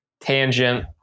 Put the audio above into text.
Tangent